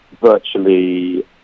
virtually